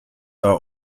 are